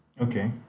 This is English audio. Okay